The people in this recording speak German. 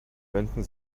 wenden